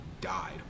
died